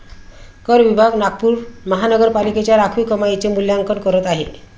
कर विभाग नागपूर महानगरपालिकेच्या राखीव कमाईचे मूल्यांकन करत आहे